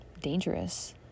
dangerous